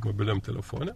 mobiliam telefone